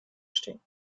stehen